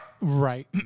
Right